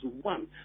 one